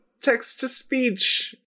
text-to-speech